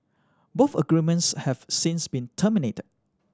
both agreements have since been terminated